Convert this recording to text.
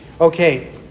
Okay